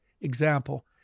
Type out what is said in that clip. example